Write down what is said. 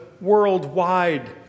worldwide